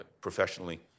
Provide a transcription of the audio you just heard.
professionally